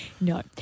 No